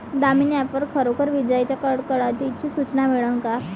Damini app वर खरोखर विजाइच्या कडकडाटाची सूचना मिळन का?